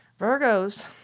Virgos